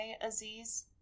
Aziz